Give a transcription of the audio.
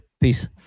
Peace